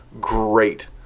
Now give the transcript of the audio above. Great